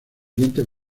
dientes